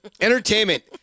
Entertainment